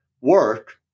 work